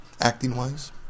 acting-wise